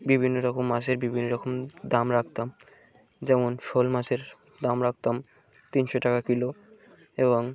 বিভিন্ন রকম মাছের বিভিন্ন রকম দাম রাখতাম যেমন শোল মাছের দাম রাখতাম তিনশো টাকা কিলো এবং